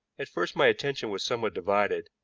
at first my attention was somewhat divided